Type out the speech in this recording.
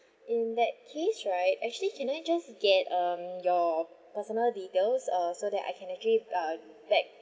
in that case right actually can I just get um your personal details uh so that I can actually uh back